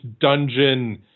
dungeon